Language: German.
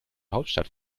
hauptstadt